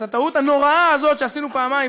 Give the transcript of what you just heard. הטעות הנוראה הזאת שעשינו פעמיים,